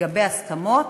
לגבי הסכמות.